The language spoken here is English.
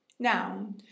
Now